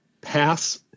pass